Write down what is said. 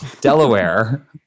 Delaware